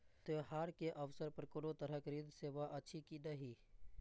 त्योहार के अवसर पर कोनो तरहक ऋण सेवा अछि कि नहिं?